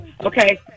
Okay